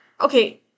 okay